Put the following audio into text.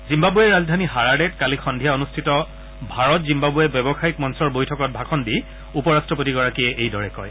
জিম্ববৱেৰ ৰাজধানী হাৰাৰেত কালি সন্ধিয়া অনুষ্ঠিত ভাৰত জিম্বাবৱে ব্যৱসায়িক মঞ্চৰ বৈঠকত ভাষণ দি উপ ৰাট্টপতিগৰাকীয়ে এইদৰে কয়